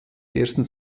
ersten